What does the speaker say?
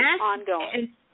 ongoing